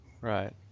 right